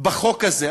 בחוק הזה?